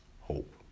hope